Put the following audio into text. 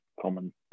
common